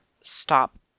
stop